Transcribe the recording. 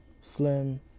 slim